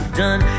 done